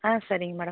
ஆ சரிங்க மேடம்